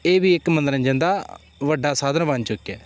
ਇਹ ਵੀ ਇੱਕ ਮਨੋਰੰਜਨ ਦਾ ਵੱਡਾ ਸਾਧਨ ਬਣ ਚੁੱਕਿਆ